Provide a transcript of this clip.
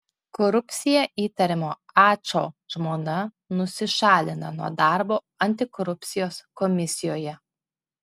korupcija įtariamo ačo žmona nusišalina nuo darbo antikorupcijos komisijoje